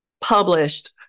published